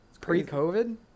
pre-covid